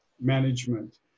management